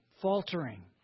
faltering